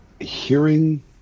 hearing